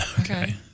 Okay